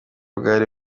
bwari